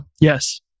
yes